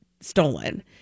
stolen